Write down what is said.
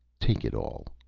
take it all.